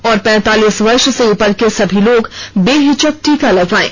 और पैंतालीस वर्ष से उपर के सभी लोग बेहिचक टीका लगवायें